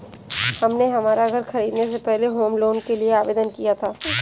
हमने हमारा घर खरीदने से पहले होम लोन के लिए आवेदन किया था